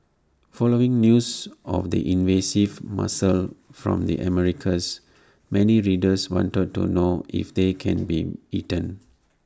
following news of the invasive mussel from the Americas many readers wanted to know if they can be eaten